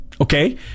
Okay